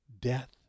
death